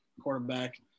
quarterback